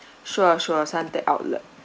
sure sure suntec outlet